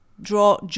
draw